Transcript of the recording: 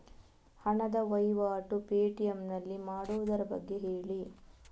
ಹಣದ ವಹಿವಾಟು ಪೇ.ಟಿ.ಎಂ ನಲ್ಲಿ ಮಾಡುವುದರ ಬಗ್ಗೆ ಹೇಳಿ